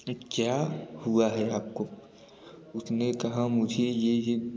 कि क्या हुआ है आपको उसने कहा मुझे ये ये